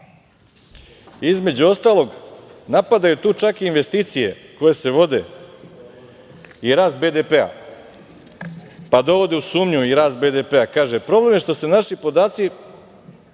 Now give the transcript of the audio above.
između ostalog, napadaju tu čak i investicije koje se vode i rast BDP-a, pa dovode u sumnju i rast BDP-a. Kaže – problem je što se podaci